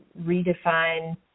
redefine